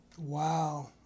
Wow